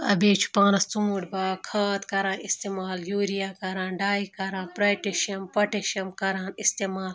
بیٚیہِ چھِ پانَس ژوٗںٛٹھۍ باغ کھاد کَران استعمال یوٗریا کَران ڈَاے کَران پرٛیٹیشَم پۄٹیشیَم کَران استعمال